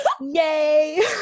yay